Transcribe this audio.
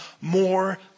more